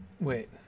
Wait